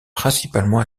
principalement